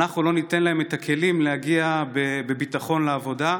אנחנו לא ניתן להם את הכלים להגיע בביטחון לעבודה.